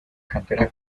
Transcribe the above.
canteras